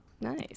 Nice